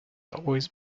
always